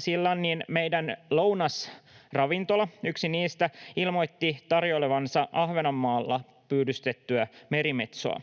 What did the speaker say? Silloin meidän lounasravintolamme, yksi niistä, ilmoitti tarjoilevansa Ahvenanmaalla pyydystettyä merimetsoa.